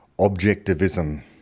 objectivism